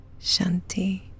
Shanti